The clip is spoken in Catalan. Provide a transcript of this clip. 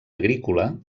agrícola